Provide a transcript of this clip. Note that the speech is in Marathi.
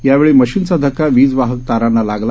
यावेळीमशिनचाधक्कावीजवाहकतारांनालागला